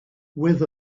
with